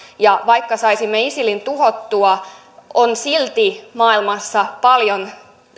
ja vaikka saisimme isilin tuhottua silti maailmassa on paljon